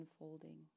unfolding